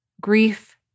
Grief